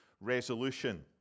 resolution